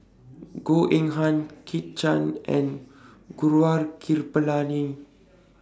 Goh Eng Han Kit Chan and Gaurav Kripalani